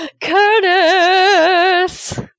Curtis